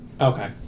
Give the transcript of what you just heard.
Okay